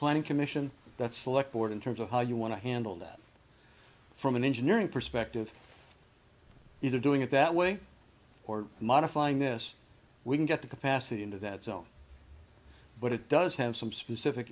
planning commission that's select board in terms of how you want to handle that from an engineering perspective either doing it that way or modifying this we can get the capacity into that zone but it does have some specific